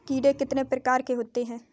कीड़े कितने प्रकार के होते हैं?